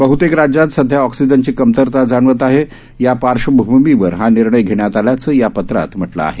बह्तेक राज्यात सध्या ऑक्सीजनची कमतरता जाणवत आहे या पार्श्वभुमीवर हा निर्णय घेण्यात आल्याचं या पत्रात म्हटलं आहे